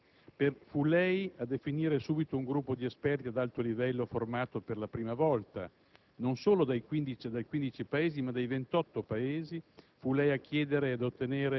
la de Palacio, nel suo ruolo di commissario ai trasporti della Unione Europea, appoggiò subito la proposta e si impegnò in prima persona a che ciò diventasse un atto compiuto.